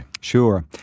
Sure